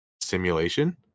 simulation